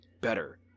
better